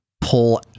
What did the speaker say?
pull